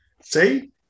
See